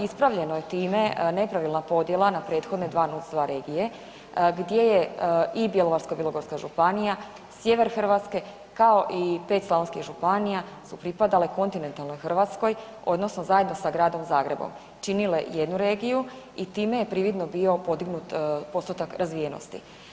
Ispravljeno je time nepravilna NUTS 2 regije gdje je i Bjelovarsko-bilogorska županija, sjever Hrvatske, kao i 5 slavonskih županija su pripadale kontinentalnoj Hrvatskoj, odnosno zajedno sa gradom Zagrebom činile jednu regiju i time je prividno bio podignut postotak razvijenosti.